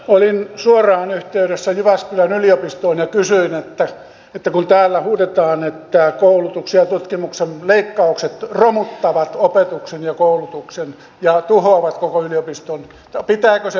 olin suoraan yhteydessä jyväskylän yliopistoon ja kysyin kun täällä huudetaan että koulutuksen ja tutkimuksen leikkaukset romuttavat opetuksen ja koulutuksen ja tuhoavat koko yliopiston pitääkö se paikkansa